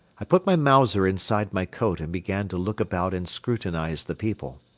i put my mauser inside my coat and began to look about and scrutinize the people.